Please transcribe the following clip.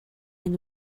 and